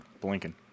Blinking